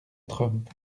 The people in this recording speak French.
trump